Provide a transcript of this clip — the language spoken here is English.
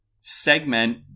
segment